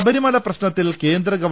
ശബരിമല പ്രശ്നത്തിൽ കേന്ദ്ര ഗവ